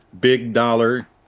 big-dollar